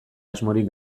asmorik